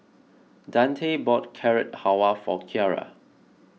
Dante bought Carrot Halwa for Kiara